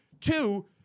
two